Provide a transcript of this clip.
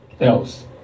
else